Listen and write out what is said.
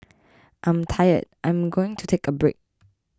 I'm tired I'm going to take a break